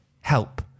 help